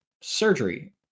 surgery